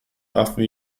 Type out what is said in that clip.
often